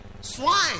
swine